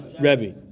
Rebbe